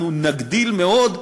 אנחנו נגדיל מאוד,